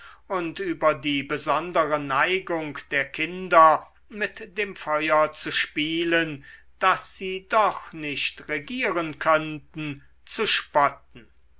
und über die besondere neigung der kinder mit dem feuer zu spielen das sie doch nicht regieren könnten zu spotten